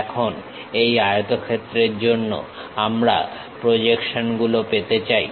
এখন এই আয়তক্ষেত্রের জন্য আমরা প্রজেকশন গুলো পেতে চাই